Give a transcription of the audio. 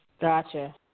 Gotcha